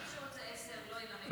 לא, אמרנו שמי רוצה עשר לא ינמק.